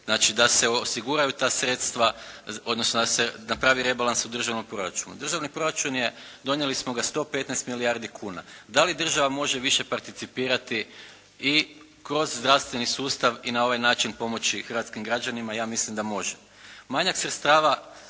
znači da se osiguraju ta sredstva odnosno da se napravi rebalans u državnom proračunu. Državni proračun je, donijeli smo ga, 115 milijardi kuna. Da li država može više participirati i kroz zdravstveni sustav i na ovaj način pomoći hrvatskim građanima? Ja mislim da može.